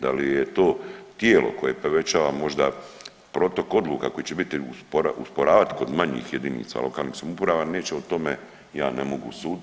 Da li je to tijelo koje povećava možda protok odluka koji će biti usporavat kod manjih jedinica lokalnih samouprava neće, o tome ja ne mogu suditi.